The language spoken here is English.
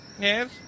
Yes